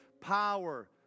power